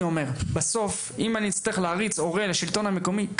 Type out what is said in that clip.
בסוף אם אני אצטרך להריץ הורה לשלטון המקומי,